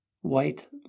white